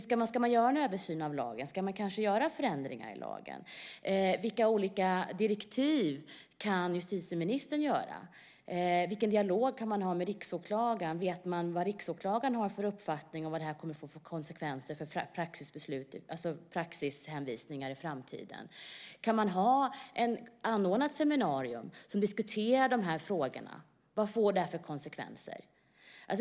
Ska man göra en översyn av lagen? Ska man kanske göra förändringar i lagen? Vilka olika direktiv kan justitieministern ge? Vilken dialog kan man ha med riksåklagaren? Vet man vad riksåklagaren har för uppfattning om vad det kommer att få för konsekvenser för praxishänvisningar i framtiden? Kan man anordna ett seminarium som diskuterar frågorna om vad det får för konsekvenser?